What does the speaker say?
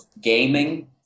gaming